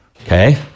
okay